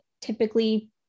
typically